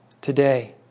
today